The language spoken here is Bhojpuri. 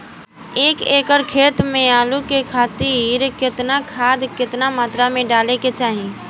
एक एकड़ खेत मे आलू के खेती खातिर केतना खाद केतना मात्रा मे डाले के चाही?